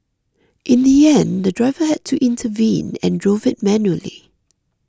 in the end the driver had to intervene and drove it manually